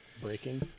Breaking